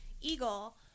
Eagle